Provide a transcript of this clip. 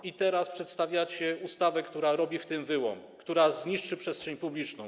I teraz przedstawiacie ustawę, która robi w tym wyłom, która zniszczy przestrzeń publiczną.